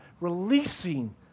releasing